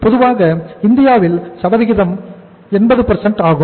பொதுவாக இந்தியாவில் சதவிகிதம் விகிதம் 80 ஆகும்